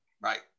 Right